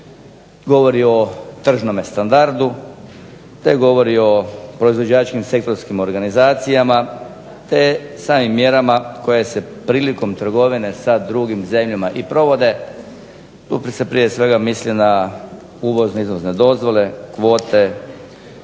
govori o tržnome standardu, te govori o proizvođačkim sektorskim organizacijama, te samim mjerama koje se prilikom trgovine sa drugim zemljama i provode. Tu prije svega mislim na uvozne i izvozne dozvole, kvote,